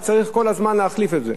אז צריך כל הזמן להחליף את זה,